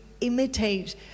imitate